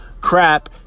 crap